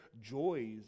joys